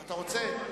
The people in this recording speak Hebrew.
אתה רוצה?